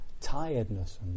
tiredness